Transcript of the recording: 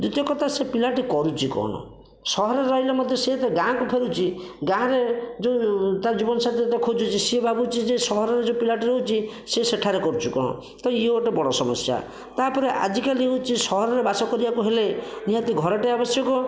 ଦ୍ୱିତୀୟ କଥା ସେ ପିଲାଟି କରୁଛି କଣ ସହରରେ ରହିଲେ ମଧ୍ୟ ସେ ଯେଉଁ ଗାଁକୁ ଫେରୁଛି ଗାଁରେ ଯେଉଁ ତାର ଜୀବନସାଥି ଯେତେବେଳେ ଖୋଜୁଛି ସିଏ ଭାବୁଛି ଯେ ସହରରେ ଯେଉଁ ପିଲାଟି ରହୁଛି ସିଏ ସେଠାରେ କରୁଛି କ'ଣ ତ ଇଏ ଗୋଟିଏ ବଡ଼ ସମସ୍ୟା ତାପରେ ଆଜିକାଲି ହେଉଛି ସହରରେ ବାସ କରିବାକୁ ହେଲେ ନିହାତି ଘରଟିଏ ଆଵଶ୍ୟକ